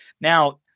Now